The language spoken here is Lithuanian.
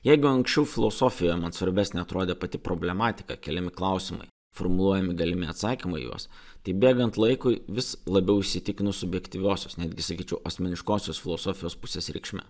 jeigu anksčiau filosofija man svarbesnė atrodė pati problematika keliami klausimai formuluojami galimi atsakymai į juos taip bėgant laikui vis labiau įsitikinu subjektyviosios netgi sakyčiau asmeniškosios filosofijos pusės reikšme